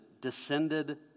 descended